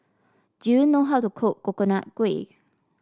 do you know how to cook Coconut Kuih